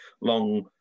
long